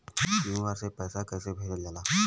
QR से पैसा कैसे भेजल जाला?